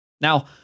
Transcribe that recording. now